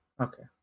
okay